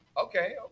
Okay